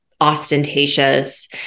ostentatious